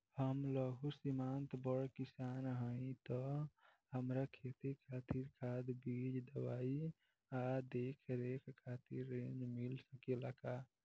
हम लघु सिमांत बड़ किसान हईं त हमरा खेती खातिर खाद बीज दवाई आ देखरेख खातिर ऋण मिल सकेला का?